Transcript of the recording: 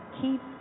keep